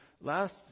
Last